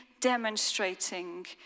demonstrating